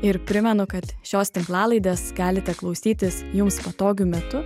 ir primenu kad šios tinklalaidės galite klausytis jums patogiu metu